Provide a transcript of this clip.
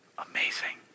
Amazing